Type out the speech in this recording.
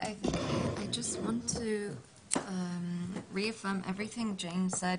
אני רוצה רק לחזור על כל מה שג'יין אמרה.